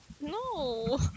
No